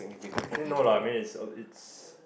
actually no lah I mean it's a it's